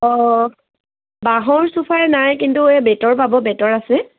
অঁ বাঁহৰ চোফা নাই কিন্তু এই বেঁতৰ পাব বেঁতৰ আছে